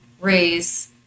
raise